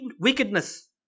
wickedness